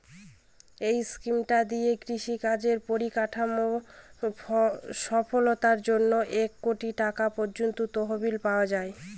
এই স্কিমটা দিয়ে কৃষি কাজের পরিকাঠামোর সফলতার জন্যে এক কোটি টাকা পর্যন্ত তহবিল পাওয়া যায়